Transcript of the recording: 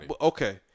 Okay